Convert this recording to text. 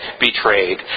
betrayed